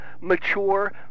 mature